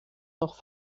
noch